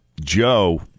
Joe